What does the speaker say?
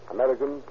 American